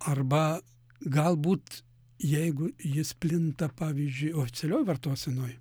arba galbūt jeigu jis plinta pavyzdžiui oficialioj vartosenoj